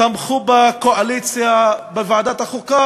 תמכו בקואליציה בוועדת החוקה.